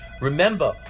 Remember